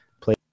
play